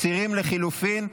מסירים לחלופין.